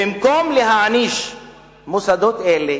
במקום להעניש מוסדות אלה,